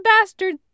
bastard